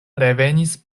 revenis